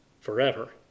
forever